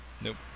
nope